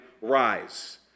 rise